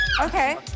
Okay